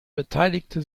beteiligte